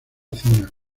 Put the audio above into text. zona